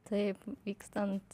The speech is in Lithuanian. taip vykstant